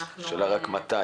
השאלה מתי.